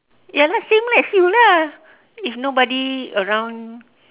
ya lah same lah as you lah if nobody around